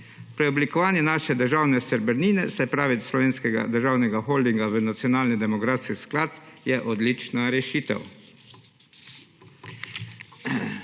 Preoblikovanje naše državne srebrnine, se pravi Slovenskega državnega holdinga v nacionalni demografski sklad, je odlična rešitev.